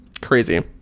crazy